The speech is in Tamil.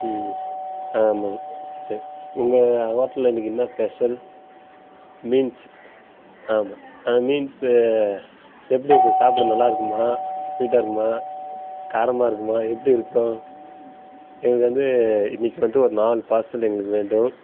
ம் ஆமாங்க சரி உங்கள் ஹோட்டல்ல இன்னைக்கி என்ன ஸ்பெஷல் மீன்ஸ் ஆமா மீன்ஸ் எப்படி இருக்கும் சாப்பிட நல்லாயிருக்குமா ஸ்வீட்டாக இருக்குமா காரமாக இருக்குமா எப்படி இருக்கும் எனக்கு வந்து இன்னைக்கி வந்து ஒரு நாலு பார்சல் எங்களுக்கு வேண்டும்